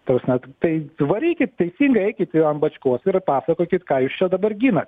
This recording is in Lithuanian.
ta prasme tai varykit teisingai eikit ant bačkos ir pasakokit ką jūs čia dabar ginat